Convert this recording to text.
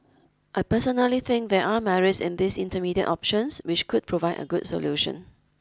I personally think there are merits in these intermediate options which could provide a good solution